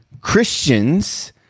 Christians